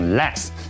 Less